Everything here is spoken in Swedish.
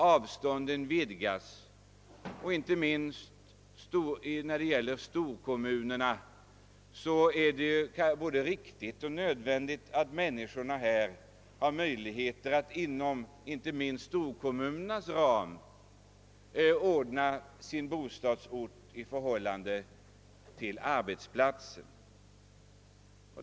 Avstånden ökas, och det är både riktigt och nödvändigt att människorna har möjlighet att inte minst inom storkommunernas ram ordna sin bostadsort i förhållande som de finner lämpligt.